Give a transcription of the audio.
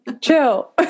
Chill